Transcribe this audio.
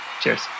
cheers